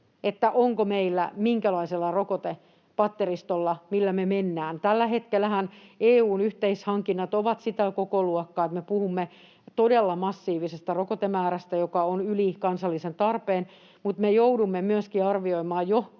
ensi vuoden osalta, minkälaisella rokotepatteristolla me mennään. Tällähän hetkellähän EU:n yhteishankinnat ovat sitä kokoluokkaa, että me puhumme todella massiivisesta rokotemäärästä, joka on yli kansallisen tarpeen, mutta me joudumme myöskin jo arvioimaan